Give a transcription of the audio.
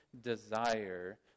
desire